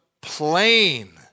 plain